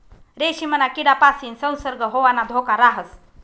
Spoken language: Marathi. रेशीमना किडापासीन संसर्ग होवाना धोका राहस